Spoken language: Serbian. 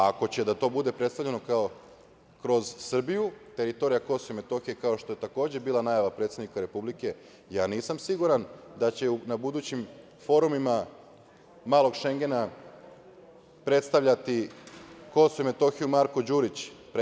Ako će da to bude predstavljeno kroz Srbiju, teritorija Kosova i Metohije, kao što je to takođe bila najava predsednika Republike, ja nisam siguran da će na budućim forumima „malog Šengena“ predstavljati Kosovo i Metohiju Marko Đurić.